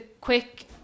quick